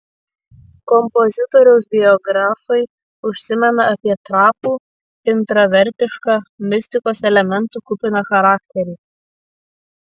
kompozitoriaus biografai užsimena apie trapų intravertišką mistikos elementų kupiną charakterį